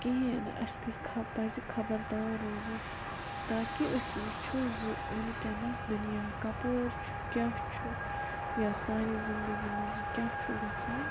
کِہیٖنۍ نہ اسہِ گژھہِ خا پَزِ خبردار روزُن تاکہِ أسۍ وُچھو زِ وُنٛکیٚن دُنیا کَپٲرۍ چھُ کیٛاہ چھُ یا سانہِ زِندگی منٛز کیٛاہ چھُ گَژھان